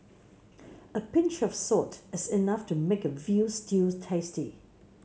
a pinch of salt is enough to make a veal stew tasty